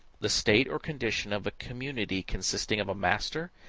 the state or condition of a community consisting of a master,